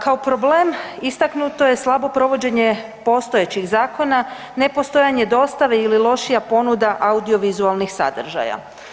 Kao problem istaknuto je slabo provođenje postojećih zakona, nepostojanje dostave ili lošija ponuda audiovizualnih sadržaja.